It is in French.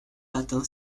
latin